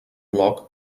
blog